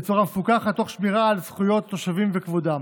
בצורה מפוקחת ותוך שמירה קפדנית על זכויות התושבים וכבודם.